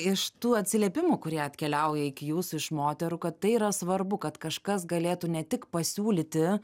iš tų atsiliepimų kurie atkeliauja iki jūsų iš moterų kad tai yra svarbu kad kažkas galėtų ne tik pasiūlyti